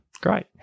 great